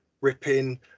ripping